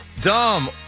Dumb –